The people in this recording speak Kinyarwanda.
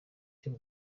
cy’u